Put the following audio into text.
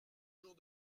jours